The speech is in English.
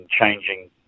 changing